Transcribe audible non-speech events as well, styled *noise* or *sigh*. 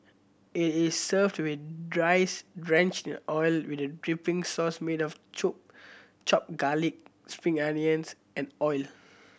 it is served with rice drenched in oil with a dipping sauce made of *unintelligible* chopped garlic spring onions and oil